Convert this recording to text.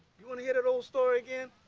you want to hear that old story again?